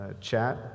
Chat